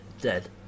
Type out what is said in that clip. dead